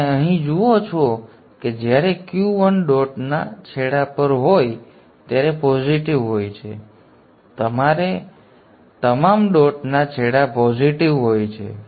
તેથી તમે અહીં જુઓ છો કે જ્યારે Q 1 ડોટના છેડા પર હોય ત્યારે પોઝિટિવ હોય છે ત્યારે તમામ ડોટના છેડા પોઝિટિવ હોય છે